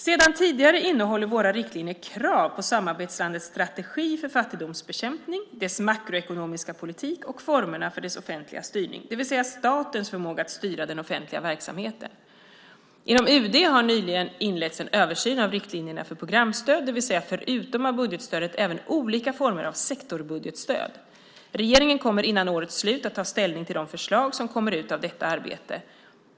Sedan tidigare innehåller våra riktlinjer krav på samarbetslandets strategi för fattigdomsbekämpning, dess makroekonomiska politik och formerna för dess offentliga styrning, det vill säga statens förmåga att styra den offentliga verksamheten. Inom UD har nyligen inletts en översyn av riktlinjerna för programstöd, det vill säga förutom av budgetstödet även av olika former av sektorsbudgetstöd. Regeringen kommer före årets slut att ta ställning till de förslag som kommer ut av detta arbete.